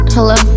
Hello